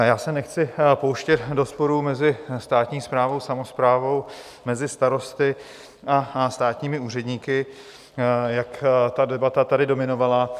Já se nechci pouštět do sporu mezi státní správou, samosprávou, mezi starosty a státními úředníky, jak ta debata tady dominovala.